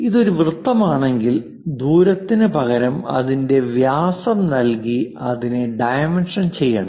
ഇത് ഒരു വൃത്തമാണെങ്കിൽ ദൂരത്തിന് പകരം അതിന്റെ വ്യാസം നൽകി അതിനെ ഡൈമെൻഷൻ ചെയ്യണം